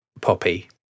Poppy